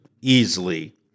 easily